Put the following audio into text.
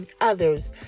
others